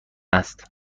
است